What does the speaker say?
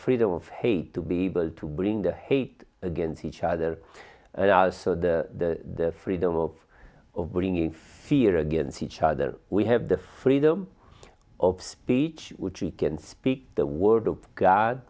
freedom of hate to be able to bring their hate against each other and also the freedom of of bringing fear against each other we have the freedom of speech which we can speak the word of god